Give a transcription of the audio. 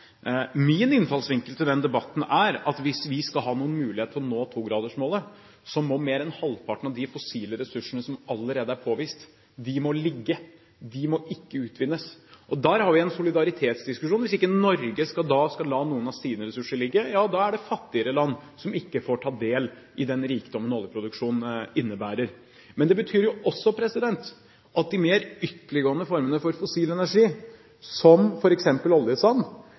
Min innfallsvinkel til den debatten er at hvis vi skal ha noen mulighet til å nå togradersmålet, må mer enn halvparten av de fossile ressursene som allerede er påvist, ligge – de må ikke utvinnes. Der har vi en solidaritetsdiskusjon. Hvis ikke Norge skal la noen av sine ressurser ligge, er det fattigere land som ikke får ta del i den rikdommen oljeproduksjon innebærer. Men det betyr jo også at de mer ytterliggående formene for fossil energi, som f.eks. oljesand,